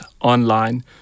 online